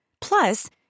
Plus